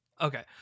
Okay